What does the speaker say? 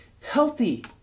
healthy